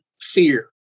fear